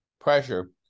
pressure